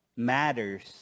matters